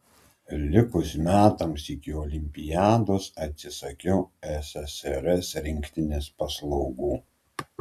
likus metams iki olimpiados atsisakiau ssrs rinktinės paslaugų